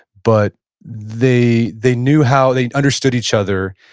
but they they knew how, they understood each other,